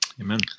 Amen